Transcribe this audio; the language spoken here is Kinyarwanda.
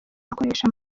akoresha